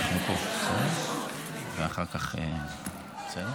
חבר הכנסת יוסף עטאונה, בבקשה,